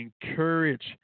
encourage